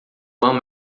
amo